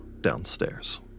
downstairs